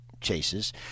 chases